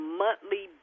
monthly